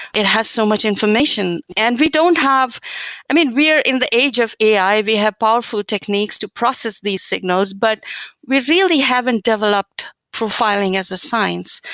it has so much information, and we don't have i mean, we are in the age of ai. we have powerful techniques to process these signals, but we really haven't developed profiling as a science.